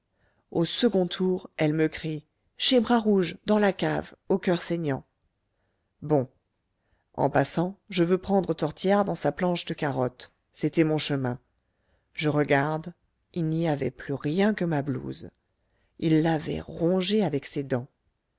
au second tour elle me crie chez bras rouge dans la cave au coeur saignant bon en passant je veux prendre tortillard dans sa planche de carottes c'était mon chemin je regarde il n'y avait plus rien que ma blouse il l'avait rongée avec ses dents